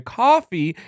coffee